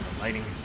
lighting